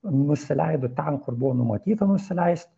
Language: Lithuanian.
nusileido ten kur buvo numatyta nusileist